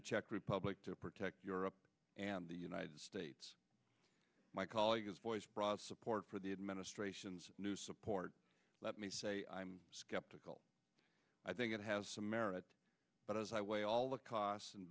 the czech rip public to protect europe and the united states my colleague has voiced broad support for the administration's new support let me say i'm skeptical i think it has some merit but as i weigh all the costs and